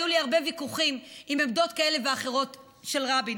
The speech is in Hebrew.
היו לי הרבה ויכוחים על עמדות כאלה ואחרות של רבין,